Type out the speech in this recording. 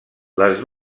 les